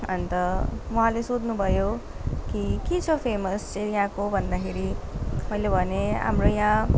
अन्त उहाँले सोध्नुभयो कि के छ फेमस चाहिँ यहाँको भन्दाखेरि मैले भनेँ हाम्रो यहाँ